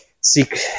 seek